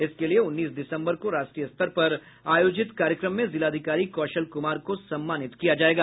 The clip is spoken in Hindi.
इसके लिये उन्नीस दिसम्बर को राष्ट्रीय स्तर पर आयोजित कार्यक्रम में जिलाधिकारी कौशल कुमार को सम्मानित किया जायेगा